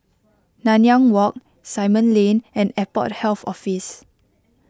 Nanyang Walk Simon Lane and Airport Health Office